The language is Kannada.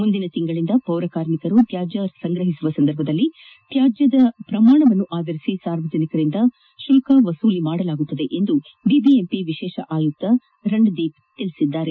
ಮುಂದಿನ ತಿಂಗಳಿಂದ ಪೌರಕಾರ್ಮಿಕರು ತ್ಯಾಜ್ಯ ಸಂಗ್ರಹಿಸುವ ಸಂದರ್ಭದಲ್ಲಿ ತ್ಯಾಜ್ಯದ ಪ್ರಮಾಣವನ್ನು ಆಧರಿಸಿ ಸಾರ್ವಜನಿಕರಿಂದ ಶುಲ್ಕ ವಸೂಲಿ ಮಾಡಲಾಗುವುದೆಂದು ಬಿಬಿಎಂಪಿ ವಿಶೇಷ ಆಯುಕ್ತ ರಣದೀಪ್ ತಿಳಿಸಿದ್ದಾರೆ